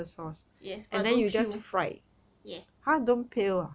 yes but don't peel ya